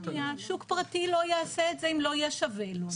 שוק פרטי לא יעשה את זה אם לא יהיה שווה לו.